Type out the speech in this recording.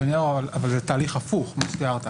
אדוני, אבל זה תהליך הפוך ממה שתיארת.